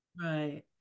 Right